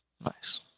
Nice